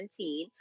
2017